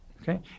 okay